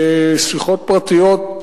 בשיחות פרטיות?